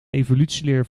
evolutieleer